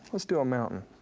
let's do a mountain.